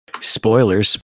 Spoilers